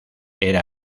era